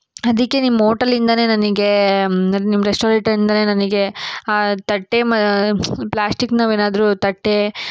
ಅದಕ್ಕೆ ನಿಮ್ಮ ಹೋಟಲಿಂದಲೇ ನನಗೆ ನಿಮ್ಮ ರೆಸ್ಟೋರೆಟಿಂದಲೇ ನನಗೆ ಆ ತಟ್ಟೆ ಮಾ ಪ್ಲಾಸ್ಟಿಕಿನವು ಏನಾದರೂ ತಟ್ಟೆ